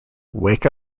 wake